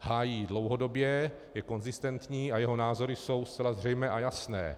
Hájí ji dlouhodobě, je konzistentní a jeho názory jsou zcela zřejmé a jasné.